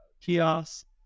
kiosk